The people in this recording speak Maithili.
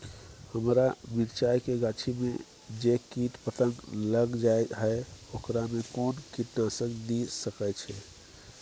हमरा मिर्चाय के गाछी में जे कीट पतंग लैग जाय है ओकरा में कोन कीटनासक दिय सकै छी?